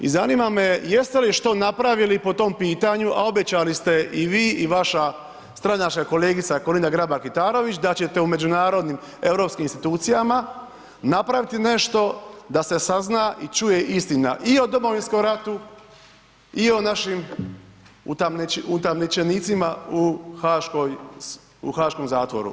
I zanima me jeste li što napravili po tom pitanju a obećali ste i vi i vaša stranačka kolegica Kolinda Grabar Kitarović da ćete u međunarodnim europskim institucijama napraviti nešto da se sazna i čuje istina i o Domovinskom ratu i o našim utamničenicima u haškom zatvoru.